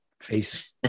face